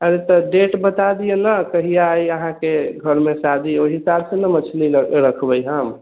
आंय यौ तऽ डेट बता दिअऽ ने कहिआ अछि अहाँके घरमे शादी ओहि हिसाबसँ ने मछली रखबै हम